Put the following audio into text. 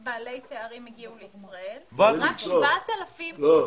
בעלי תארים הגיעו לישראל ורק 7,000 עובדים.